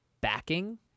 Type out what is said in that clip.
backing